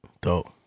Dope